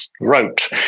wrote